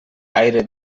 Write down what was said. aire